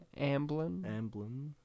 Amblin